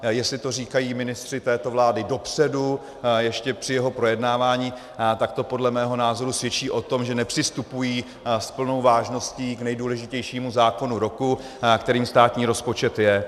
Jestli to říkají ministři této vlády dopředu ještě při jeho projednávání, tak to podle mého názoru svědčí o tom, že nepřistupují s plnou vážností k nejdůležitějšímu zákonu roku, kterým státní rozpočet je.